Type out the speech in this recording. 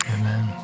Amen